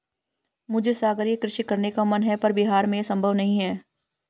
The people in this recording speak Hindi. मुझे सागरीय कृषि करने का मन है पर बिहार में ये संभव नहीं है